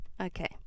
Okay